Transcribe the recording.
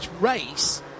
race